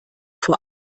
vor